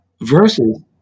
Versus